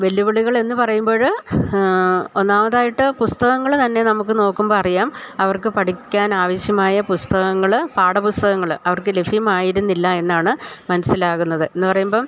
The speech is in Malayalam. വെല്ലുവിളികളെന്നു പറയുമ്പോള് ഒന്നാമതായിട്ട് പുസ്തകങ്ങള്തന്നെ നമുക്കു നോക്കുമ്പോള് അറിയാം അവർക്കു പഠിക്കാനാവശ്യമായ പുസ്തകങ്ങള് പാഠപുസ്തകങ്ങള് അവർക്കു ലഭ്യമായിരുന്നില്ല എന്നാണ് മൻസ്സിലാകുന്നത് എന്നു പറയുമ്പോള്